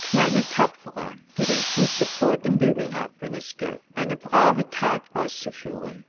kleine tapfere die den fuß sofort im bügel hat wenn es gilt eine brave that auszuführen